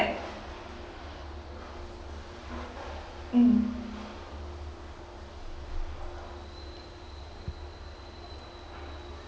mm